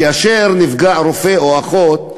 כאשר נפגע רופא או אחות,